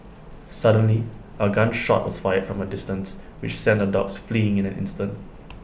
suddenly A gun shot was fired from A distance which sent the dogs fleeing in an instant